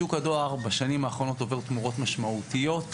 שוק הדואר בשנים האחרונות עובר תמורות משמעותיות.